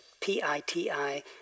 P-I-T-I